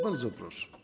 Bardzo proszę.